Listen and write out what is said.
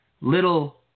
little